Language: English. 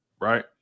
right